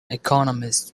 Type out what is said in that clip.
economist